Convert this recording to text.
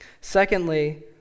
Secondly